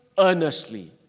earnestly